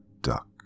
duck